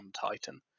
titan